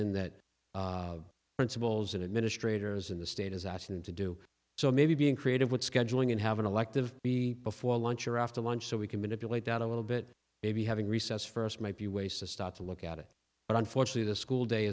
in that principals and administrators in the state is asking them to do so maybe being creative with scheduling and have an elective b before lunch or after lunch so we can manipulate that a little bit maybe having recess first might be ways to start to look at it but unfortunately the school day